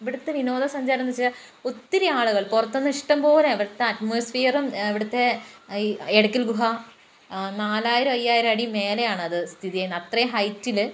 ഇവിടുത്തെ വിനോദസഞ്ചാരമെന്ന് വെച്ചാ ഒത്തിരി ആളുകൾ പുറത്തു നിന്ന് ഇഷ്ടംപോലെ ഇവിടുത്തെ അറ്റ്മോസ്ഫിയറും ഇവിടുത്തെ എടക്കൽ ഗുഹ നാലായിരം അയ്യായിരം അടി മേലെയാണത് സ്ഥിതി ചെയ്യുന്നെ അത്രയും ഹൈറ്റില്